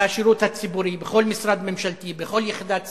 בשירות הציבורי, בכל משרד ממשלתי, בכל יחידת סמך.